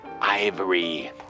ivory